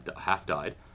half-died